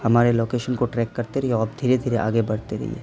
ہمارے لوکیشن کو ٹریک کرتے رہیے اور دھیرے دھیرے آگے بڑھتے رہیے